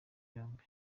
yombi